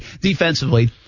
defensively